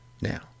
Now